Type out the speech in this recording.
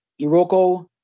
Iroko